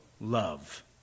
love